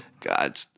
God